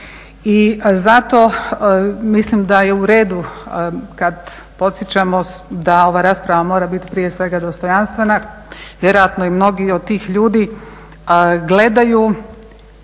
I zato mislim da je uredu kada podsjećamo da ova rasprava mora biti prije svega dostojanstvena, vjerojatno mnogi od tih ljudi gledaju.